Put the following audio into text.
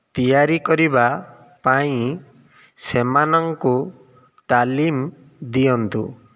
ତିଆରି କରିବା ପାଇଁ ସେମାନଙ୍କୁ ତାଲିମ୍ ଦିଅନ୍ତୁ